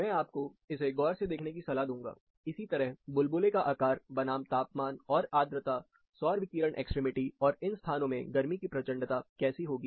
मैं आपको इसे गौर से देखने की सलाह दूंगा इसी तरह बुलबुले का आकार बनाम तापमान और आर्द्रता सौर विकिरण एक्सट्रीमिटी और इन स्थानों में गर्मी की प्रचंडता कैसी होगी